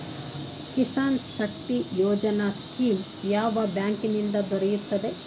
Kisan Shakti Yojana scheme ಯಾವ bank ನಿಂದ ದೊರೆಯುತ್ತದೆ?